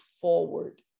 forward